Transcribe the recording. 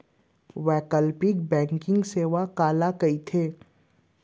वैकल्पिक बैंकिंग सेवा काला कहिथे?